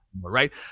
Right